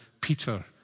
Peter